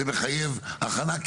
זה מחייב הכנה.